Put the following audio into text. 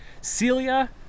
Celia